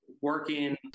working